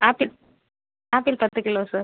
apple apple பத்து kilo sir